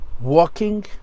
walking